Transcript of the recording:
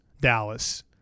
Dallas